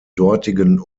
dortigen